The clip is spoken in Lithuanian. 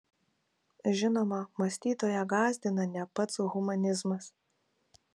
žinoma mąstytoją gąsdina ne pats humanizmas